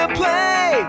play